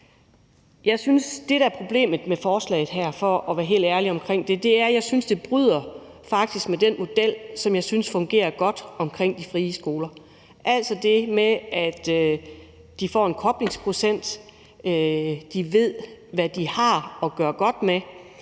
Det, der er problemet med forslaget her, for at være helt ærlig omkring det, er, at jeg synes, det faktisk bryder med den model, som jeg synes fungerer godt omkring de frie skoler – altså det med, at de får en koblingsprocent, og de ved, hvad de har at gøre godt med.